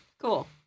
Cool